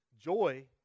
joy